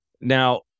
Now